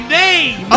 name